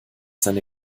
seine